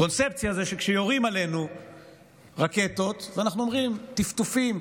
קונספציה זה שכשיורים עלינו רקטות אנחנו אומרים: טפטופים,